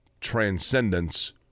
transcendence